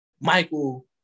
Michael